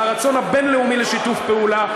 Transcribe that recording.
על הרצון הבין-לאומי לשיתוף פעולה,